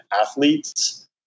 athletes